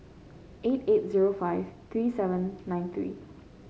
eight eight zero five three seven nine three